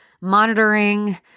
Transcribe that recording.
monitoring